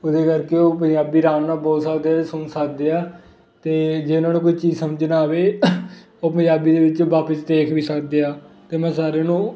ਉਹਦੇ ਕਰਕੇ ਉਹ ਪੰਜਾਬੀ ਆਰਾਮ ਨਾਲ ਬੋਲ ਸਕਦੇ ਸੁਣ ਸਕਦੇ ਆ ਅਤੇ ਜੇ ਉਹਨਾਂ ਨੂੰ ਕੋਈ ਚੀਜ਼ ਸਮਝ ਨਾ ਆਵੇ ਉਹ ਪੰਜਾਬੀ ਦੇ ਵਿੱਚ ਵਾਪਸ ਦੇਖ ਵੀ ਸਕਦੇ ਆ ਅਤੇ ਮੈਂ ਸਾਰਿਆਂ ਨੂੰ